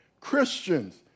Christians